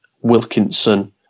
Wilkinson